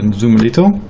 and zoom a little.